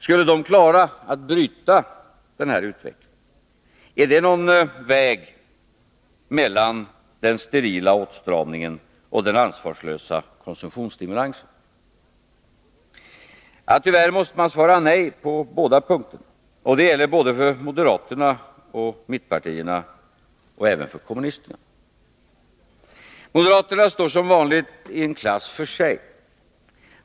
Skulle de klara att bryta denna utveckling? Är det någon väg mellan den sterila åtstramningen och den ansvarslösa Nr 52 konsumtionsstimulansen? Torsdagen den Tyvärr måste man svara nej på båda punkterna. Och det gäller både för 16 december 1982 moderaterna och för mittpartierna och även för kommunisterna. Moderaterna står, som vanligt, i en klass för sig.